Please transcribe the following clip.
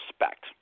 respect